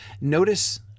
Notice